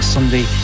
Sunday